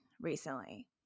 recently